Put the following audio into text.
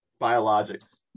biologics